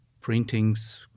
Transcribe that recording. printings